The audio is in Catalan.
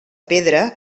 pedra